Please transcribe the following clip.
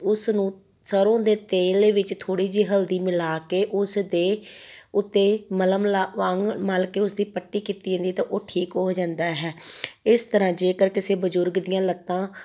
ਉਸ ਨੂੰ ਸਰ੍ਹੋਂ ਦੇ ਤੇਲ ਦੇ ਵਿੱਚ ਥੋੜ੍ਹੀ ਜਿਹੀ ਹਲਦੀ ਮਿਲਾ ਕੇ ਉਸ ਦੇ ਉੱਤੇ ਮਲਮ ਲਾ ਵਾਂਗ ਮਲ ਕੇ ਉਸਦੀ ਪੱਟੀ ਕੀਤੀ ਜਾਂਦੀ ਤਾਂ ਉਹ ਠੀਕ ਹੋ ਜਾਂਦਾ ਹੈ ਇਸ ਤਰ੍ਹਾਂ ਜੇਕਰ ਕਿਸੇ ਬਜ਼ੁਰਗ ਦੀਆਂ ਲੱਤਾਂ